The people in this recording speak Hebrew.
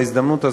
בהזדמנות הזאת,